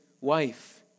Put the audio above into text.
wife